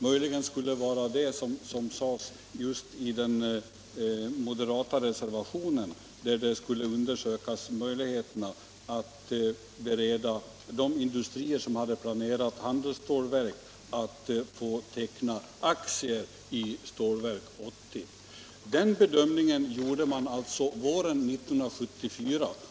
Möjligen skulle det vara vad som sades just i den moderata reservationen, att man skulle undersöka möjligheterna att bereda de industrier som hade planerat handelsstålverk tillfälle att teckna aktier i Stålverk 80. Den bedömningen gjorde man våren 1974.